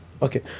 okay